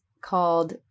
called